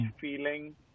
feeling